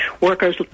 workers